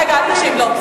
רגע, אל תשיב לו.